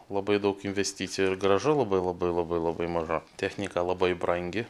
labai daug investicijų ir grąža labai labai labai labai maža technika labai brangi